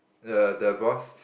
the the boss